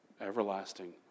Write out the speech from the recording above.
Everlasting